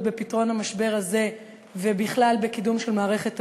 בפתרון המשבר הזה ובכלל בקידום של מערכת הבריאות,